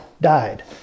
died